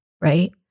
right